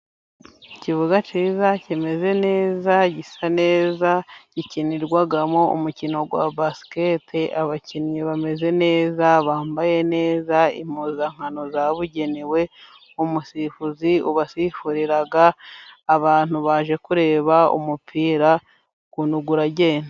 Ikibuga cyiza kimeze neza gisa neza gikinirwagamo umukino wa basiketl, abakinnyi bameze neza bambaye neza impuzankano zabugenewe, umusifuzi wasifurira, abantu baje kureba umupira kuntugura agenda